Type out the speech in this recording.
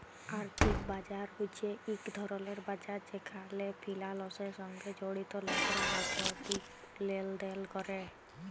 আর্থিক বাজার হছে ইক ধরলের বাজার যেখালে ফিলালসের সঙ্গে জড়িত লকরা আথ্থিক লেলদেল ক্যরে